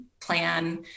plan